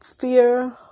fear